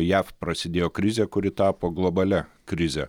jav prasidėjo krizė kuri tapo globalia krize